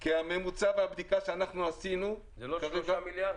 כי הממוצע והבדיקה שאנחנו עשינו כרגע --- זה לא 3 מיליארד?